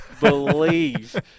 believe